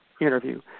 interview